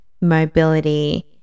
mobility